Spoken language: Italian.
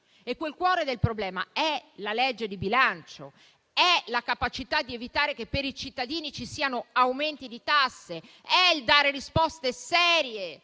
avrete in autunno ed è la legge di bilancio, la capacità di evitare che per i cittadini ci siano aumenti di tasse, il dare risposte serie